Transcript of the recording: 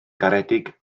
garedig